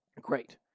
Great